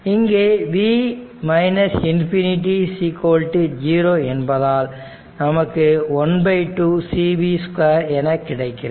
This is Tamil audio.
இங்கே v ∞ 0 என்பதால் நமக்கு ½ cv2 என கிடைக்கிறது